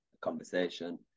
conversation